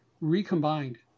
recombined